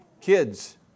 Kids